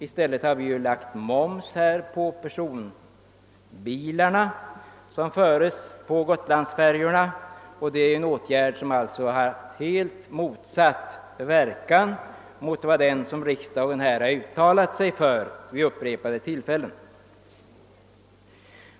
I stället har man lagt moms på transporter av personbilar på gotlandsfärjorna, och det är en åtgärd som har en verkan helt motsatt den som riksdagen vid upprepade tillfällen uttalat sig för.